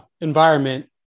environment